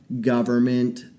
government